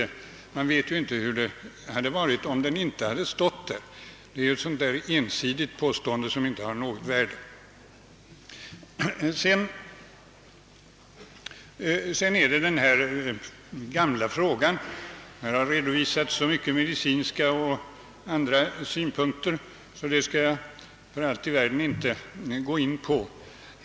Man vet ju inte hur det hade varit, om den inte hade stått där. Det är ett ensidigt påstående som inte har något värde. Här har redovisats så mycket medicinska och andra synpunkter, och dem skall jag för allt i världen inte gå in på.